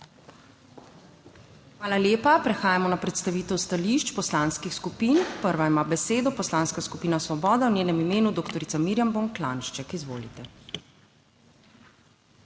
Hvala lepa. Prehajamo na predstavitev stališč poslanskih skupin. Prva ima besedo Poslanska skupina Svoboda, v njenem imenu dr. Mirjam Bon Klanjšček. Izvolite.